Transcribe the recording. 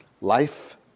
Life